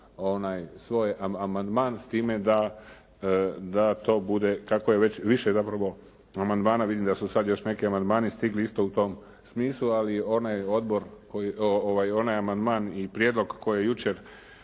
svoj amandman s time da to bude kako je već više zapravo amandmana, vidim da su sada još neki amandmani stigli isto u tom smislu. Ali onaj amandman i prijedlog koji je jučer